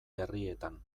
herrietan